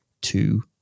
two